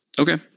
okay